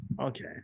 Okay